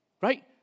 right